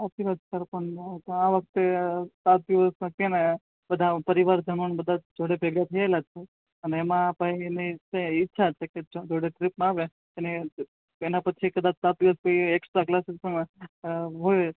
સાચી વાત સર પણ હવે આ વખતે સાત દિવસમાં છે ને બધાં પરિવારજનો ને બધાં જ જોડે ભેગાં થયેલાં છે અને એમાં ભઇની ઈચ્છા છે કે સૌ જોડે ટ્રીપમાં આવે અને એના પછી કદાચ સાત દિવસ કોઈ એકસ્ટ્રા ક્લાસ હોય